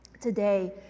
today